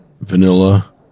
Vanilla